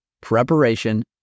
preparation